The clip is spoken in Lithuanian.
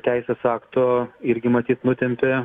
teisės akto irgi matyt nutempė